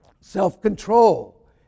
self-control